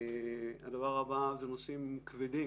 הדבר הבא הוא נושאים כבדים,